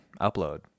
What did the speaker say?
upload